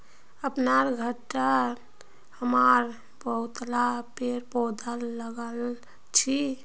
अपनार घरत हमरा बहुतला पेड़ पौधा लगाल छि